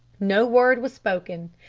no word was spoken.